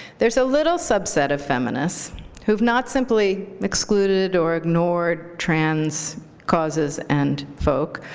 there's a little subset of feminists who've not simply excluded or ignored trans causes and folk,